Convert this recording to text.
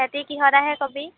সিহঁতে কিহত আহে ক'বি